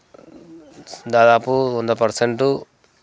దాదాపు వంద పర్సెంటు